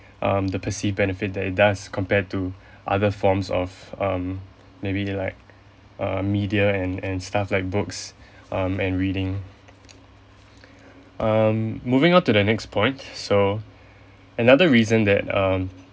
um the perceive benefits that it does compared to other forms of um maybe like err media and and stuff like books um and reading um moving on to the next point so another reason that um